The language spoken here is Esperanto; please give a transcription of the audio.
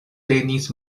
tenis